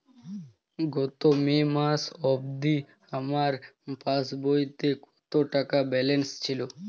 গত মে মাস অবধি আমার পাসবইতে কত টাকা ব্যালেন্স ছিল?